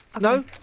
No